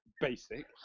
Basic